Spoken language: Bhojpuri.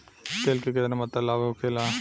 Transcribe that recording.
तेल के केतना मात्रा लाभ होखेला?